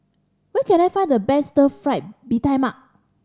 where can I find the best Stir Fried Mee Tai Mak